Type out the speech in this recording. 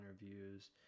interviews